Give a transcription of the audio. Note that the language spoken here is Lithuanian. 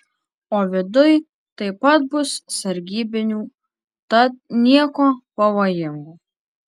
o viduj taip pat bus sargybinių tad nieko pavojingo